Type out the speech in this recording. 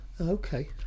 okay